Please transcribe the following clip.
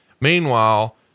Meanwhile